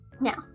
Now